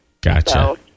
Gotcha